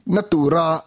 Natura